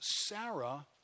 Sarah